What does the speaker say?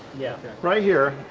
yeah right here,